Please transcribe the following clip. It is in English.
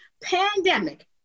pandemic